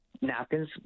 napkins